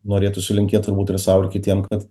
norėtųsi linkėt turbūt ir sau ir kitiem kad